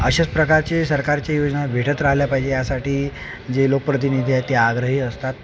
अशाच प्रकारचे सरकारचे योजना भेटत राहिल्या पाहिजे यासाठी जे लोकप्रतिनिधी आहेत ते आग्रही असतात